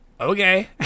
okay